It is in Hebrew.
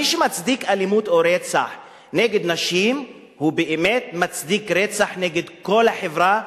מי שמצדיק אלימות או רצח נגד נשים הוא באמת מצדיק רצח נגד כל החברה,